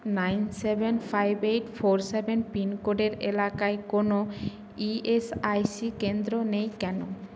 nine seven five eight four seven pin কোডের এলাকায় কোনো ই এস আই সি কেন্দ্র নেই কেন